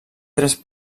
tres